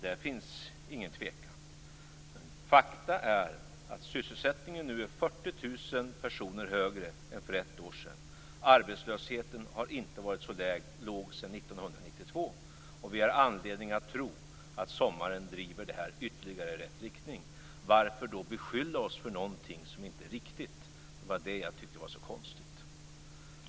Där finns det ingen tvekan. Faktum är att sysselsättningen nu är 40 000 personer högre än för ett år sedan och att arbetslösheten inte har varit så låg sedan 1992. Vi har anledning att tro att sommaren driver det här ytterligare i rätt riktning. Varför då beskylla oss för någonting som inte är riktigt? Det var det jag tyckte var så konstigt.